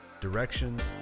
directions